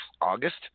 August